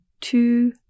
two